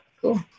cool